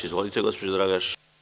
Izvolite, gospođo Dragaš.